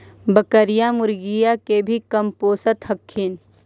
बकरीया, मुर्गीया के भी कमपोसत हखिन?